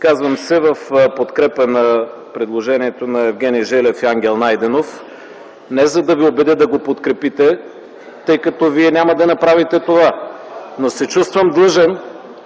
Изказвам се в подкрепа на предложението на Евгений Желев и Ангел Найденов – не за да ви убедя да го подкрепите, тъй като вие няма да направите това, но се чувствам длъжен